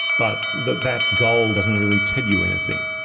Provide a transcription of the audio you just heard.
but that that goal doesn't really tell you anything.